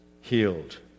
healed